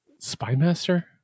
Spymaster